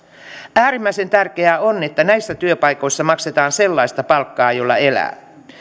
äärimmäisen tärkeää on että näissä työpaikoissa maksetaan sellaista palkkaa jolla elää